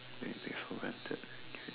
many things for granted